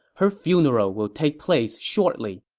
her funeral will take place shortly.